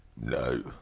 No